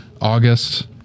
August